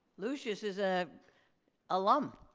lucius is a alum.